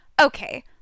okay